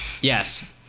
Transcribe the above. yes